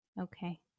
Okay